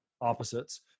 opposites